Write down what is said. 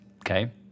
Okay